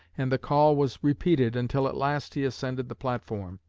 and the call was repeated until at last he ascended the platform.